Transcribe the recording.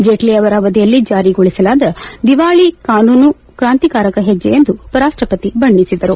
ಜೇಟ್ಲ ಅವರ ಅವಧಿಯಲ್ಲಿ ಜಾರಿಗೊಳಿಸಲಾದ ದಿವಾಳಿ ಕಾನೂನು ಕ್ರಾಂತಿಕಾರಕ ಹೆಜ್ಲೆ ಎಂದು ಉಪರಾಷ್ಲಪತಿ ಬಣ್ಣಿಸಿದರು